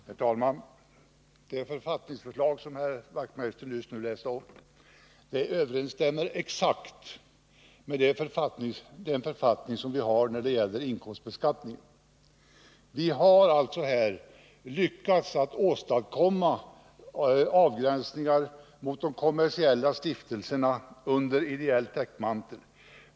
Herr talman! Det författningsförslag som herr Wachtmeister nyss läste upp överensstämmer exakt med den författning som vi har när det gäller inkomstbeskattningen. Vi har alltså här lyckats åstadkomma avgränsningar mot kommersiella stiftelser under ideell täckmantel.